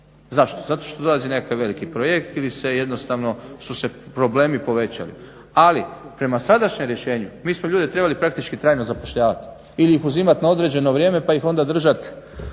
Zašto? Zato što dolazi nekakav veli projekt ili se jednostavno su se problemi povećali. Ali prema sadašnjem rješenju mi smo ljude trebali praktički trajno zapošljavati ili ih uzimati na određeno vrijeme pa ih onda držati